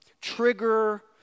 trigger